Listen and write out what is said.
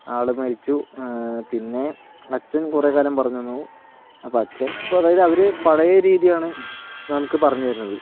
ആളു മരിച്ചു പിന്നെ അച്ചൻ കുറേക്കാലം പറഞ്ഞു തന്നു അപ്പോ അച്ഛൻ ഇപ്പൊൾ അതായത് അവർ പഴയ രീതിയാണ് നമുക്ക് പറഞ്ഞു തരുന്നത്